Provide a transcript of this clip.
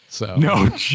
no